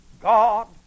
God